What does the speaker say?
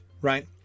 right